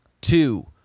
two